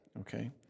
okay